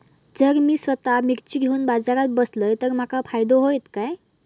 जर मी स्वतः मिर्ची घेवून बाजारात बसलय तर माका फायदो होयत काय?